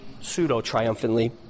pseudo-triumphantly